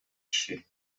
киши